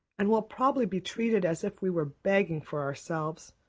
and we'll probably be treated as if we were begging for ourselves.